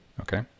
Okay